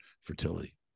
fertility